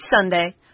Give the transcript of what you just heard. Sunday